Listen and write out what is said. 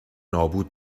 نابود